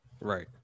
Right